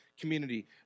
community